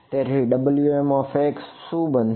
તેથી Wmx શું બનશે